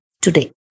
today